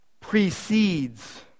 precedes